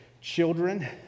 Children